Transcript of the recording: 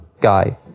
guy